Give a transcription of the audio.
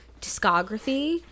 discography